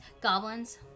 goblins